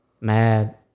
mad